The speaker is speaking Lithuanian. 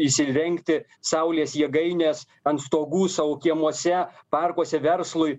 įsirengti saulės jėgaines ant stogų savo kiemuose parkuose verslui